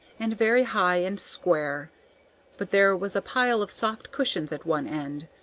and very high and square but there was a pile of soft cushions at one end.